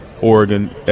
Oregon